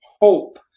hope